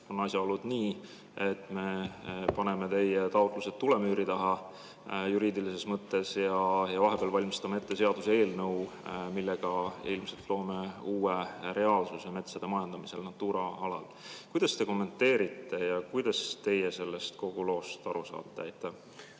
on asjaolud nii, et me paneme teie taotlused tulemüüri taha, juriidilises mõttes, ja vahepeal valmistame ette seaduseelnõu, millega ilmselt loome uue reaalsuse metsade majandamiseks Natura alal. Kuidas te seda kommenteerite ja kuidas teie kogu sellest loost aru saate?